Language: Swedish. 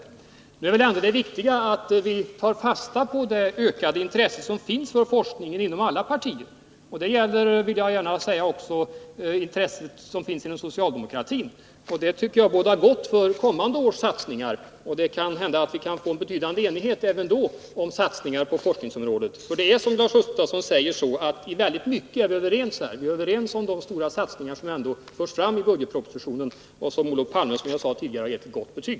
Men nu är väl det viktiga att vi tar fasta på det ökade intresse för forskningen som finns inom alla partier, och det gäller också intresset inom socialdemokratin. Det tycker jag bådar gott för kommande års satsningar, och det kan hända att vi får en betydande enighet även då om satsningar på forskningsområdet. Det är som Lars Gustafsson säger, att vi är överens om väldigt mycket. Vi är överens om de stora satsningar som förts fram i budgetpropositionen och som Olof Palme, som jag tidigare sade, har gett ett gott betyg.